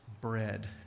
bread